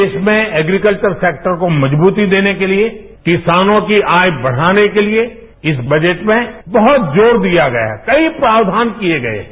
देश में agriculture sector को मजबूती देने के लिए किसानों की आय बढ़ाने के लिए इस बजट में बहुत जोर दिया गया है कई प्रावधान किए गए हैं